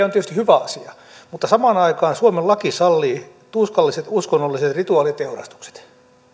on tietysti hyvä asia mutta samaan aikaan suomen laki sallii tuskalliset uskonnolliset rituaaliteurastukset